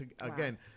again